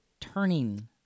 turning